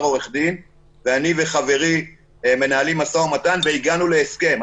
עורך דין וחברי ואני מנהלים משא ומתן והגענו להסכם.